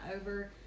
over